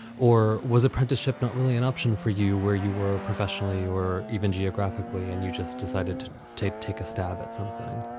or was apprenticeship not really an option for you where you were professionally or even geographically and you just decided to take take a stab at something?